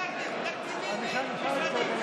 כמה?